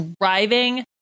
driving